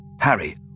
Harry